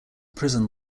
prison